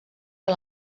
que